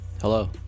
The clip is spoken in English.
Hello